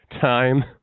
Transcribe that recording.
time